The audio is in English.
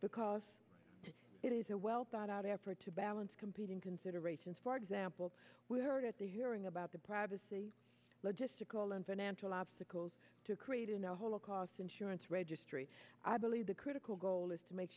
because it is a well thought out effort to balance competing considerations for example we heard at the hearing about the privacy logistical and financial obstacles to create a holocaust insurance registry i believe the critical goal is to make